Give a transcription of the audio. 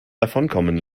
davonkommen